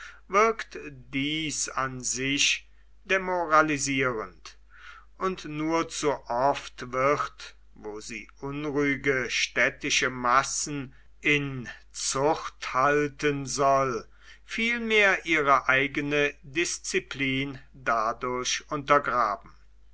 wirkt dies an sich demoralisierend und nur zu oft wird wo sie unruhige städtische massen in zucht halten soll vielmehr ihre eigene disziplin dadurch untergraben